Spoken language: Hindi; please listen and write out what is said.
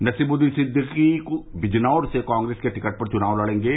नसीमुद्दीन सिद्दीकी बिजनौर से कांग्रेस के टिकट पर चुनाव लड़ेंगे